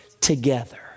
together